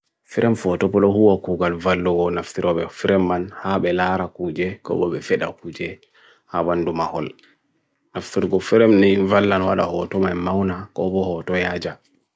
Fremfoto polo hua kougal valo nafstirobe Fremman habe Lara kujye kobo befeda kujye habandu mahol. Nafstirobe Fremni invalan wala hoa tumay maona kobo hoa toe aja.